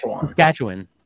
Saskatchewan